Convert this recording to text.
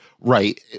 right